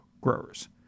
growers